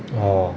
orh